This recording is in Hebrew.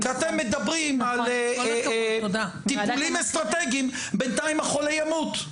אתם מדברים על טיפולים אסטרטגיים ובינתיים החולה ימות.